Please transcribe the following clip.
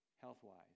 health-wise